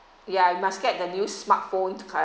ya you must get the new smartphone uh